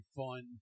fun